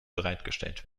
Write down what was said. bereitgestellt